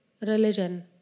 religion